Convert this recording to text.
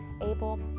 Abel